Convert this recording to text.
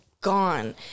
gone